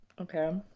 okay